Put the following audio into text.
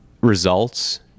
results